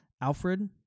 Alfred